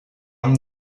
amb